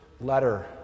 letter